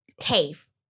cave